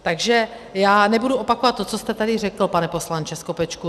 Takže já nebudu opakovat to, co jste tady řekl, pane poslanče Skopečku.